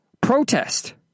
protest